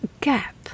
gap